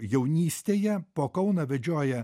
jaunystėje po kauną vedžioja